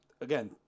again